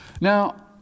now